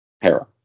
Hera